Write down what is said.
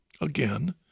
Again